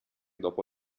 dopo